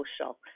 social